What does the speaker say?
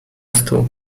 stół